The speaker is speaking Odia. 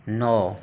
ନଅ